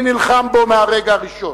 ומי נלחם בו מהרגע הראשון,